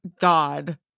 God